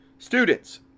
students